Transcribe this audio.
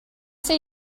say